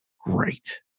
great